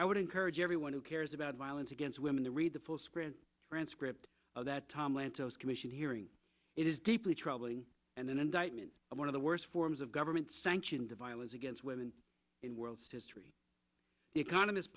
i would encourage everyone who cares about violence against women to read the full screen transcript of that tom lantos commission hearing it is deeply troubling and then indictment one of the worst forms of government sanctioned violence against women in world history the economist